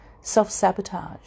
Self-Sabotage